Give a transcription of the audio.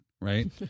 Right